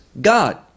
God